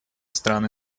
страны